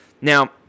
now